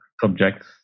subjects